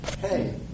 hey